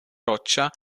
roccia